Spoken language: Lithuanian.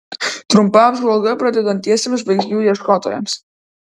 trumpa apžvalga pradedantiesiems žvaigždžių ieškotojams